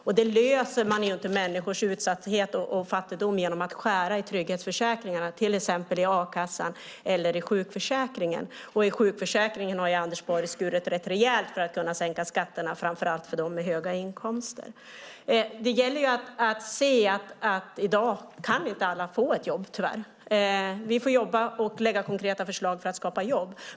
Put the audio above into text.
Man löser inte människors utsatthet och fattigdom genom att skära i trygghetsförsäkringarna, till exempel i a-kassan eller i sjukförsäkringen. I sjukförsäkringen har Anders Borg skurit rätt rejält för att kunna sänka skatterna framför allt för dem med höga inkomster. Det gäller att se att alla i dag tyvärr inte kan få ett jobb. Vi får arbeta med och lägga fram konkreta förslag för att skapa jobb.